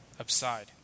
upside